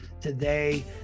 today